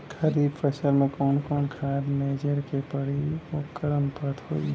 खरीफ फसल में कवन कवन खाद्य मेझर के पड़ी अउर वोकर अनुपात का होई?